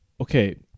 okay